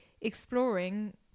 exploring